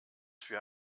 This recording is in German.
für